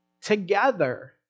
Together